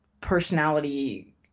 personality